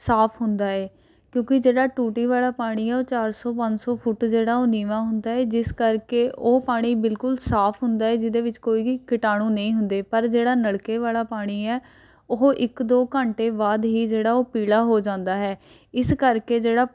ਸਾਫ ਹੁੰਦਾ ਹੈ ਕਿਉਂਕਿ ਜਿਹੜਾ ਟੂਟੀ ਵਾਲਾ ਪਾਣੀ ਹੈ ਉਹ ਚਾਰ ਸੌ ਪੰਜ ਸੌ ਫੁੱਟ ਜਿਹੜਾ ਉਹ ਨੀਵਾਂ ਹੁੰਦਾ ਹੈ ਜਿਸ ਕਰਕੇ ਉਹ ਪਾਣੀ ਬਿਲਕੁਲ ਸਾਫ ਹੁੰਦਾ ਹੈ ਜਿਹਦੇ ਵਿੱਚ ਕੋਈ ਵੀ ਕੀਟਾਣੂ ਨਹੀਂ ਹੁੰਦੇ ਪਰ ਜਿਹੜਾ ਨਲ਼ਕੇ ਵਾਲਾ ਪਾਣੀ ਹੈ ਉਹ ਇੱਕ ਦੋ ਘੰਟੇ ਬਾਅਦ ਹੀ ਜਿਹੜਾ ਉਹ ਪੀਲਾ ਹੋ ਜਾਂਦਾ ਹੈ ਇਸ ਕਰਕੇ ਜਿਹੜਾ